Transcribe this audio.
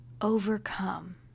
overcome